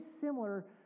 similar